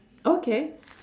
okay